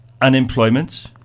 unemployment